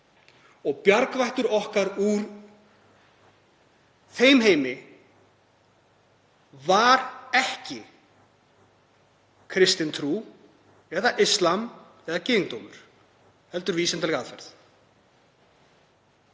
Bjargvættur okkar úr þeim heimi var ekki kristin trú eða íslam eða gyðingdómur, heldur vísindaleg aðferð.